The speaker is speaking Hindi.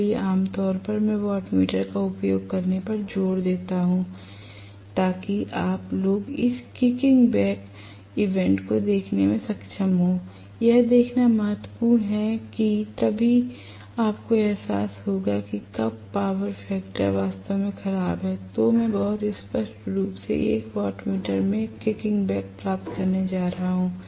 इसलिए आम तौर पर मैं वाटमीटर का उपयोग करने पर जोर देता हूं ताकि आप लोग इन किकिंग बैक ईवेंट को देखने में सक्षम हों यह देखना महत्वपूर्ण है कि तभी आपको एहसास होगा कि कब पावर फैक्टर वास्तव में खराब है तो मैं बहुत स्पष्ट रूप से 1 वाटमीटर में एक किकिंग बैक प्राप्त करने जा रहा हूं